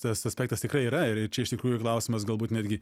tas aspektas tikrai yra ir ir čia iš tikrųjų klausimas galbūt netgi